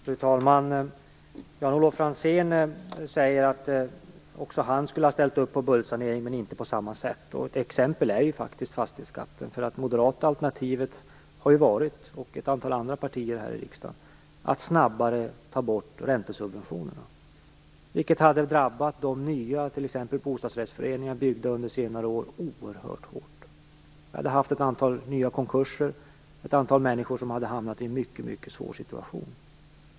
Fru talman! Jan-Olof Franzén säger att även han skulle ha ställt upp på budgetsanering, men inte på samma sätt. Ett exempel är faktiskt fastighetsskatten. Alternativet från moderaterna och ett antal andra partier här i riksdagen har varit att snabbare ta bort räntesubventionerna. Det hade drabbat t.ex. nya bostadsrättsföreningar i fastigheter byggda under senare år oerhört hårt. Vi hade haft ett antal nya konkurser, och ett antal människor hade hamnat i en mycket svår situation.